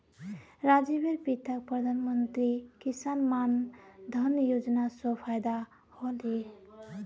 राजीवेर पिताक प्रधानमंत्री किसान मान धन योजना स फायदा ह ले